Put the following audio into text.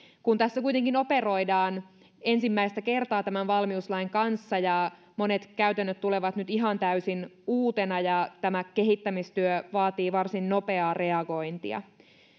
kun tässä kuitenkin operoidaan ensimmäistä kertaa tämän valmiuslain kanssa monet käytännöt tulevat nyt ihan täysin uutena ja tämä kehittämistyö vaatii varsin nopeaa reagointia